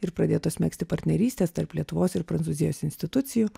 ir pradėtos megzti partnerystės tarp lietuvos ir prancūzijos institucijų